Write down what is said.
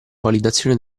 validazione